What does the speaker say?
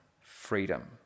freedom